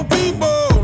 people